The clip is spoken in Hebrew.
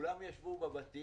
כולם ישבו בבתים,